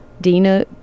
Dina